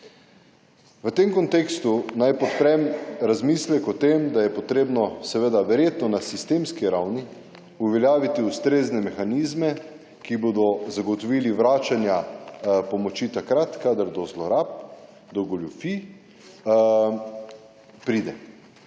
V tem kontekstu naj podprem razmislek o tem, da je potrebno seveda verjetno na sistemski ravni uveljaviti ustrezne mehanizme, ki bodo zagotovili vračanja pomoči takrat, kadar do zlorab, do goljufij pride.